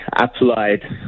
applied